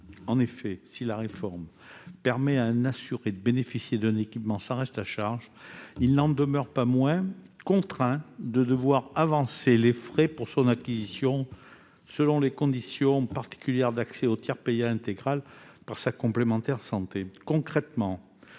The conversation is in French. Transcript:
En effet, si la réforme permet à un assuré de bénéficier d'un équipement sans reste à charge, celui-ci n'en demeure pas moins contraint de devoir avancer les frais pour son acquisition, selon les conditions particulières d'accès au tiers payant intégral fixées par sa complémentaire de santé.